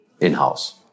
in-house